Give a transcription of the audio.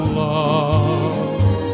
love